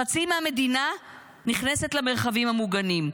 חצי מהמדינה נכנסת למרחבים המוגנים.